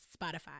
Spotify